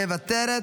מוותרת,